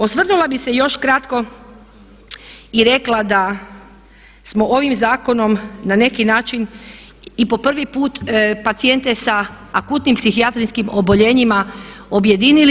Osvrnula bih se još kratko i rekla da smo ovim zakonom na neki način i po prvi put pacijente sa akutnim psihijatrijskim oboljenjima objedinili.